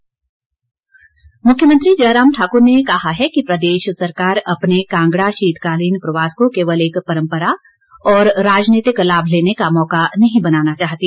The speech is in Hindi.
जयराम मुख्यमंत्री जयराम ठाकुर ने कहा है कि प्रदेश सरकार अपने कांगड़ा शीतकालीन प्रवास को केवल एक परंपरा और राजनीतिक लाभ लेने का मौका नहीं बनाना चाहती